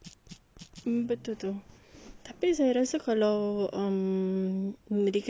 tapi saya rasa kalau um mereka diberi peluang untuk belajar